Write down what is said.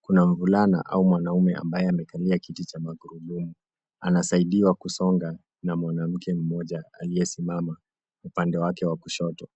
Kuna mvulana au mwanaume ambaye amekalia kiti cha magurudumu. Anasaidiwa kusonga na mwanamke mmoja aliyesimama upande wake wa kushoto.